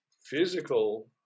physical